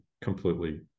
completely